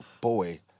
boy